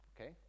okay